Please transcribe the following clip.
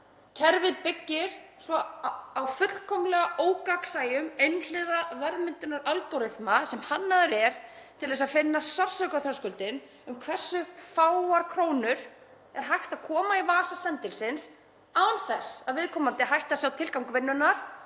„Kerfið byggir svo á fullkomlega ógagnsæjum einhliða verðmyndunar-algóriþma sem hannaður er til að finna sársaukaþröskuldinn um hversu fáum krónum er hægt að koma í vasa sendilsins án þess að viðkomandi hætti að sjá tilgang vinnunnar.